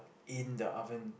in the oven